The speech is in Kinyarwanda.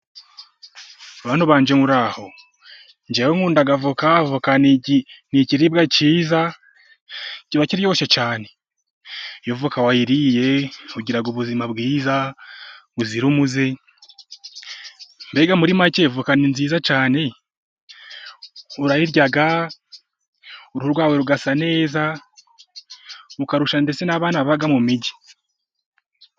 Bantu banjye muraho! Njyewe nkunda avoka, avoka ni ikiribwa cyiza kiba kiryoshye cyane. Iyo avoka wayiriye ugira ubuzima bwiza buzira umuze, mbega muri make voka ni nziza cyane, urayirya uruhu rwawe rugasa neza ukarusha ndetse n'abana baba mu mijyi.